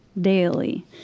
daily